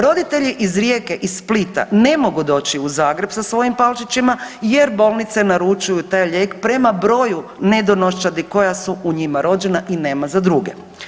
Roditelji iz Rijeke, iz Splita ne mogu doći u Zagreb sa svojim Palčićima jer bolnice naručuju taj lijek prema broju nedonoščadi koja su u njima rođena i nema za druge.